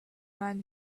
man